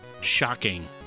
shocking